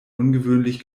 ungewöhnlich